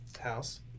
House